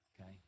okay